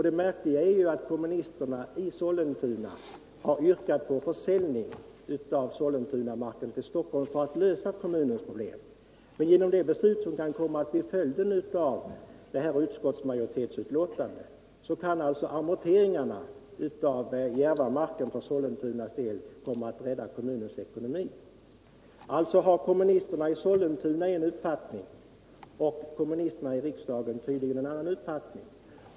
Det märkliga är att kommunisterna i Sollentuna har yrkat på försäljning av Sollentunamarken till Stockholm för att lösa kommunens problem. Men genom det beslut som kan komma att bli följden av utskottsmajoritetens inställning i betänkandet kan alltså amorteringarna av Järvamarken för Sollentunas del komma att rädda kommunens ekonomi. Kommunisterna i Sollentuna har alltså en uppfattning, medan kommunisterna i riksdagen tydligen har en annan uppfattning.